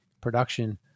production